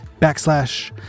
backslash